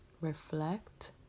Reflect